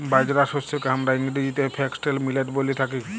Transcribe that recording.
বাজরা শস্যকে হামরা ইংরেজিতে ফক্সটেল মিলেট ব্যলে থাকি